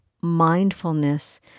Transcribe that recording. mindfulness